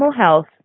health